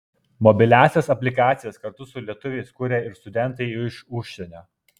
mobiliąsias aplikacijas kartu su lietuviais kuria ir studentai iš užsienio